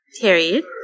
period